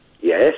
Yes